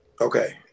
Okay